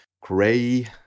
gray